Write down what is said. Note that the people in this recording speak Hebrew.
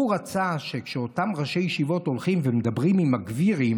הוא רצה שכשאותם ראשי ישיבות הולכים ומדברים עם הגבירים: